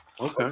Okay